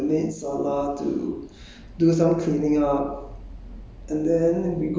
four A_M wake up then you go to the main sala to